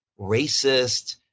racist